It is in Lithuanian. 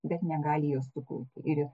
bet negali jos sukurt ir